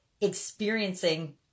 experiencing